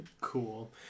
Cool